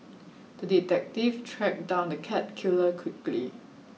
the detective tracked down the cat killer quickly